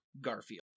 Garfield